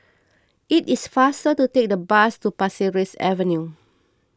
it is faster to take the bus to Pasir Ris Avenue